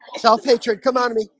it's all sacred. come on me.